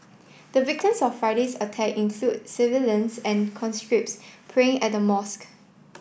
the victims of Friday's attack includes civilians and conscripts praying at the mosque